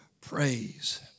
praise